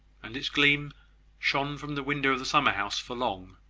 and its gleam shone from the window of the summer-house for long,